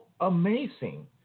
amazing